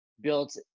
built